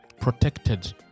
protected